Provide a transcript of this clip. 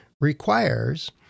requires